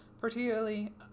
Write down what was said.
particularly